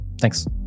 Thanks